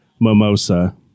mimosa